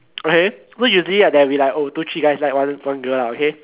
okay so usually right there'll be like oh two three guys like one one girl lah okay